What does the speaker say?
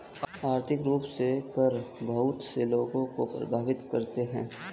आर्थिक रूप से कर बहुत से लोगों को प्राभावित करते हैं